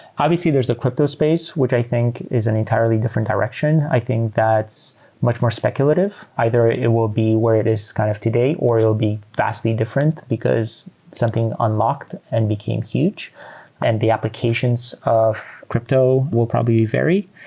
obviously, there's the crypto space, which i think is an entirely different direction. i think that's much more speculative. either it will be where it is kind of today or you will be vastly different, because something unlocked and became huge and the applications of crypto will probably vary.